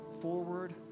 forward